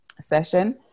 session